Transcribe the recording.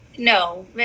No